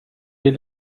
ele